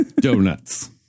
Donuts